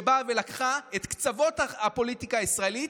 שבאה ולקחה את קצוות הפוליטיקה הישראלית,